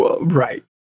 right